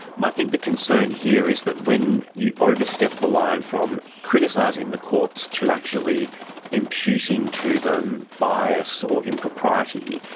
um i think the concern here is that when you overstep the line from criticising the courts to actually imputing to them bias or impropriety,